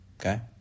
Okay